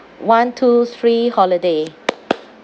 one two three holiday